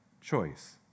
choice